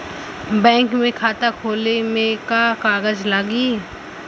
Bank में खाता खोले मे का का कागज लागी?